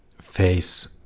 face